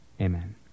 Amen